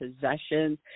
possessions